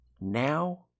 Now